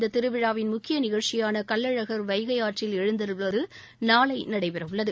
இந்த திருவிழாவின் முக்கிய நிகழ்ச்சியான கள்ளழகள் வைகை ஆற்றில் எழுந்தருள்வது நாளை நடைபெறவுள்ளது